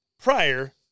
prior